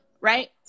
right